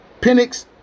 Penix